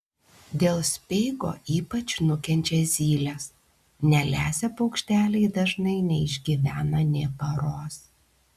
dėl speigo ypač nukenčia zylės nelesę paukšteliai dažnai neišgyvena nė paros